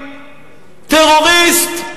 טרוריסט,